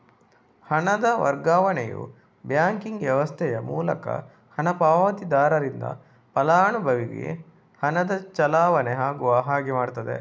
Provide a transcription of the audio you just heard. ಹಣದ ವರ್ಗಾವಣೆಯು ಬ್ಯಾಂಕಿಂಗ್ ವ್ಯವಸ್ಥೆಯ ಮೂಲಕ ಹಣ ಪಾವತಿದಾರರಿಂದ ಫಲಾನುಭವಿಗೆ ಹಣದ ಚಲಾವಣೆ ಆಗುವ ಹಾಗೆ ಮಾಡ್ತದೆ